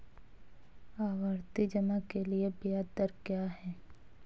आवर्ती जमा के लिए ब्याज दर क्या है?